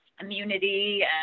immunity